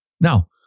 Now